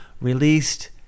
released